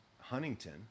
Huntington